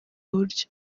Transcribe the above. buryo